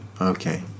Okay